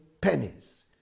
pennies